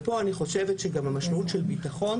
פה אני חושבת שהמשמעות של ביטחון,